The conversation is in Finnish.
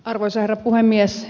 arvoisa herra puhemies